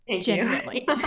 genuinely